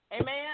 Amen